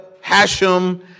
Hashem